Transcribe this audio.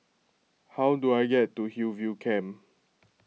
how do I get to Hillview Camp